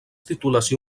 titulació